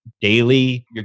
daily